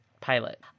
pilot